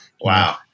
Wow